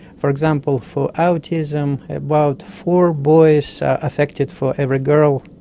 for example, for autism about four boys are affected for every girl,